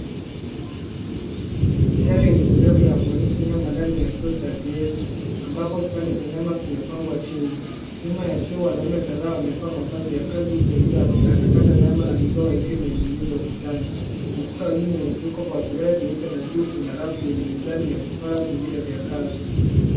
Butchery yenye sehemu ya kuonyesha nyama kwenye kioo cha glesi ambapo vipande vya nyama vimepangwa chini. Nyuma ya kioo wanaume kadhaa wamevaa mavazi ya kazi, huku wengine wakikatakata nyama na mizoga ikiwa imening'inizwa ukutani. Ukuta wa nyuma umefunikwa kwa vioo vyeupe na juu Kuna rafu yenye mizani na vifaa vingine vya kazi.